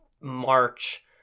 march